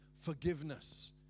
forgiveness